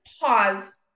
pause